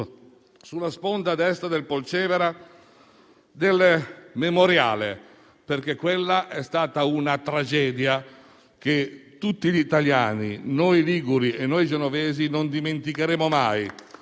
sulla sponda destra del Polcevera, perché quella è stata una tragedia che tutti noi italiani, noi liguri e noi genovesi, non dimenticheremo mai.